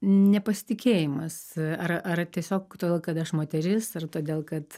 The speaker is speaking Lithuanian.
nepasitikėjimas ar ar tiesiog todėl kad aš moteris ar todėl kad